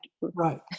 Right